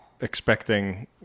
expecting